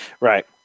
Right